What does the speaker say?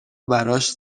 براش